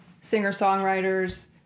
singer-songwriters